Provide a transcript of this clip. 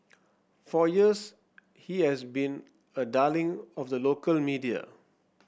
for years he has been a darling of the local media